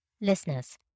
Listeners